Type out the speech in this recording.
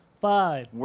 five